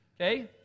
okay